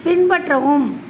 பின்பற்றவும்